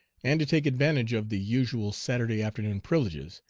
and to take advantage of the usual saturday afternoon privileges,